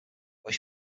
where